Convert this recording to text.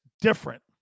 Different